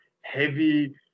heavy